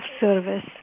service